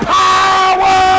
power